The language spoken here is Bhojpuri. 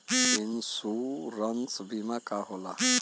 इन्शुरन्स बीमा का होला?